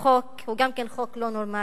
הוא גם חוק לא נורמלי.